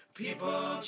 people